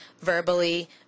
verbally